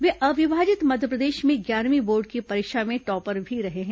वे अविभाजित मध्यप्रदेश में ग्यारहवीं बोर्ड की परीक्षा में टॉपर भी रहे हैं